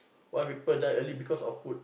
why people die early because of food